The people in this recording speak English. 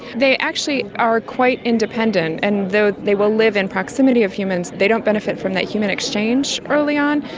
they actually are quite independent, and though they will live in proximity of humans they don't benefit from that human exchange early on.